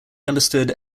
understood